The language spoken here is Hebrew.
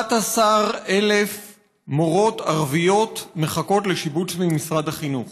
11,000 מורות ערביות מחכות לשיבוץ של משרד החינוך.